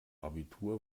abitur